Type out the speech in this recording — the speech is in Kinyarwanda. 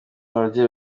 babyeyi